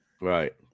Right